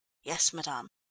yes, madame.